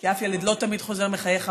ואף ילד לא תמיד חוזר מחייך הביתה,